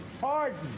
pardon